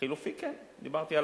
החלופי כן, דיברתי על,